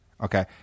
Okay